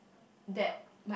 that my